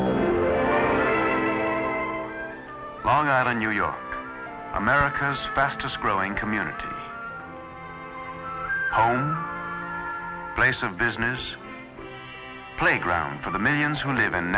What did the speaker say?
whoa long island new york america's fastest growing community place of business playground for the millions who live in